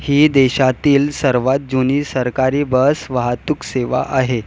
ही देशातील सर्वात जुनी सरकारी बस वाहतूक सेवा आहे